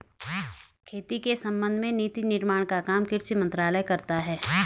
खेती के संबंध में नीति निर्माण का काम कृषि मंत्रालय करता है